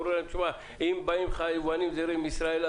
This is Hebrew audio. הם אמרו להם: אם באים יבואנים זעירים מישראל,